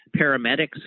paramedics